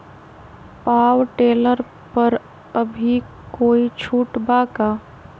Power tiller पर अभी कोई छुट बा का?